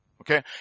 Okay